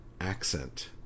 accent